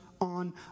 On